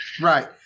Right